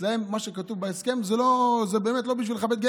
אצלם מה שכתוב בהסכם זה באמת לא בשביל לכבד.